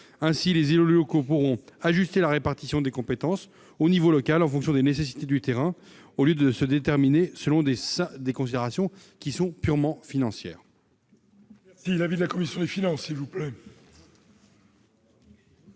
Ainsi, les élus locaux pourront ajuster la répartition des compétences au niveau local en fonction des nécessités du terrain, au lieu de se déterminer selon des considérations purement financières.